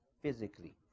physically